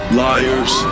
liars